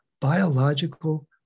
biological